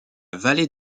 vallée